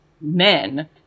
men